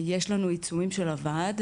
יש לנו עיצומים של הוועד,